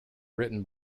written